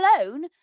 alone